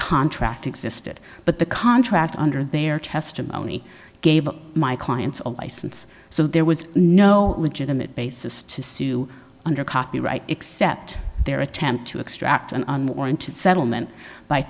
contract existed but the contract under their testimony gave my client's a license so there was no legitimate basis to sue under copyright except their attempt to extract an unwarranted settlement